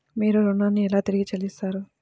మీరు ఋణాన్ని ఎలా తిరిగి చెల్లిస్తారు?